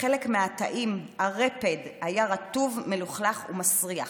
בחלק מהתאים הרפד היה רטוב, מלוכלך ומסריח.